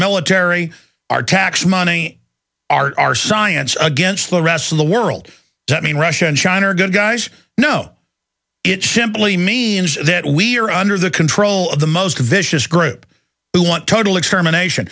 military our tax money our our science against the rest of the world i mean russia and china are good guys no it simply means that we are under the control of the most vicious group who want total extermination